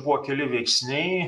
buvo keli veiksniai